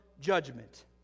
judgment